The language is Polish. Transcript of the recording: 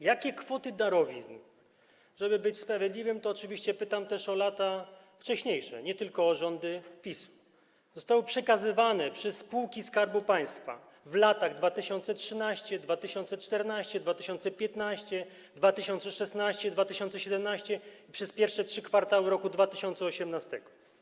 Jakie kwoty darowizn - żeby być sprawiedliwym, oczywiście pytam też o lata wcześniejsze, nie tylko o rządy PiS-u - zostały przekazane przez spółki Skarbu Państwa w latach 2013, 2014, 2015, 2016, 2017 i przez pierwsze trzy kwartały roku 2018?